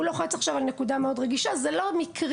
ולוחץ עכשיו על נקודה מאוד רגישה וזה לא מקרי